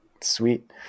sweet